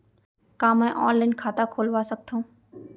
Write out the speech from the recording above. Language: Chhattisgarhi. का मैं ऑनलाइन खाता खोलवा सकथव?